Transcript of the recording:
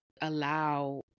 allow